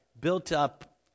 built-up